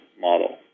model